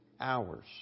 hours